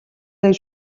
байна